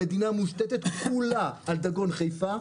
המדינה מושתתת כולה על דגון חיפה.